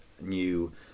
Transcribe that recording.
new